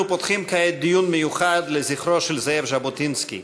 אנחנו פותחים כעת דיון מיוחד לזכרו של זאב ז'בוטינסקי,